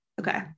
okay